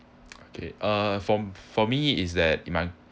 okay uh for for me is that in my